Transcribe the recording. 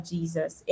Jesus